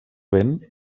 vent